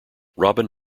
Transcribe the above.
robin